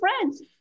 friends